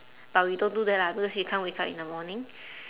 but we don't do that lah because we can't wake up in the morning